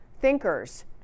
thinkers